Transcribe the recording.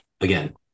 again